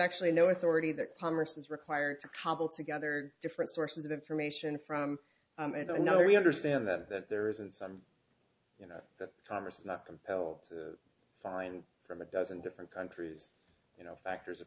actually no authority that congress is required to cobble together different sources of information from and i know we understand that that there isn't some you know that congress is not compelled to find from a dozen different countries you know factors of